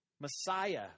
Messiah